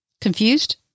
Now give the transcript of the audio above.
Confused